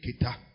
kita